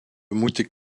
moeten